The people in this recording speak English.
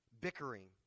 bickering